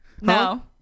No